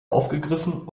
aufgegriffen